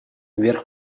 вверх